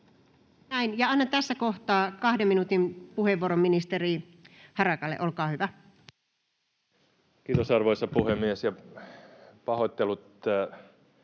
Annan tässä kohtaa 2 minuutin puheenvuoron ministeri Harakalle. — Olkaa hyvä. Kiitos, arvoisa puhemies! Pahoittelut